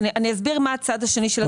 אני אסביר מה הצד השני.